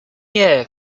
year